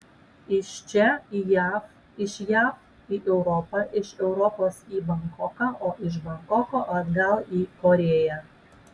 iš čia į jav iš jav į europą iš europos į bankoką o iš bankoko atgal į korėją